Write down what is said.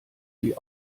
die